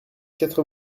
quatre